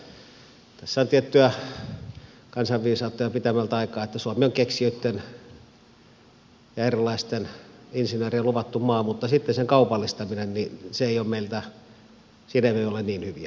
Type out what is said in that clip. tässä on tiettyä kansanviisautta jo pidemmältä aikaa että suomi on keksijöitten ja erilaisten insinöörien luvattu maa mutta sitten siinä kaupallistamisessa me emme ole niin hyviä